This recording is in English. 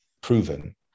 proven